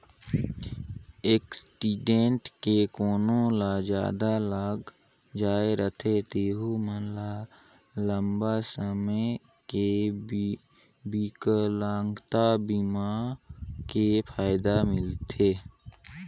accident मे कोनो ल जादा लग जाए रथे तेहू मन ल लंबा समे के बिकलांगता बीमा के फायदा मिलथे